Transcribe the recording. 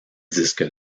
disque